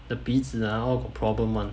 the 鼻子 ah all got problem [one]